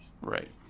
Right